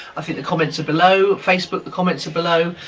um the the comments are below. facebook, the comments are below,